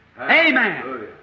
Amen